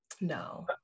no